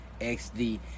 XD